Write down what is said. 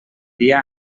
dia